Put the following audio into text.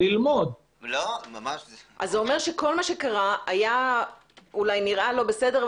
כלומר כל מה שקרה היה נראה לא בסדר,